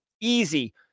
easy